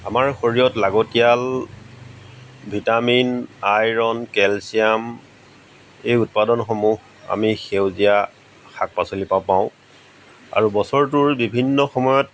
আমাৰ শৰীৰত লাগতিয়াল ভিটামিন আইৰণ কেলছিয়াম এই উৎপাদনসমূহ আমি সেউজীয়া শাক পাচলি পা পাওঁ আৰু বছৰটোৰ বিভিন্ন সময়ত